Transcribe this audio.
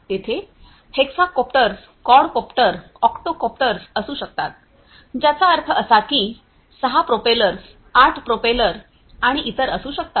तेथे hexacopters quadcopter octocopters असू शकतात ज्याचा अर्थ असा की 6 प्रोपेलर्स 8 प्रोपेलर आणि इतर असू शकतात